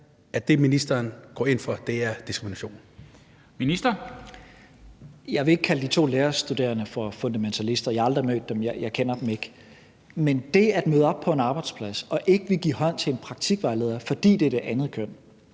Udlændinge- og integrationsministeren (Mattias Tesfaye): Jeg vil ikke kalde de to lærerstuderende for fundamentalister – jeg har aldrig mødt dem, og jeg kender dem ikke. Men det at møde op på en arbejdsplads og ikke ville give hånd til en praktikvejleder, fordi vedkommende tilhører det andet køn,